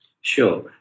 Sure